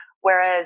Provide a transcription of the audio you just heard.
Whereas